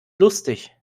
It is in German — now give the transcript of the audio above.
lustig